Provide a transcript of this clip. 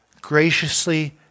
graciously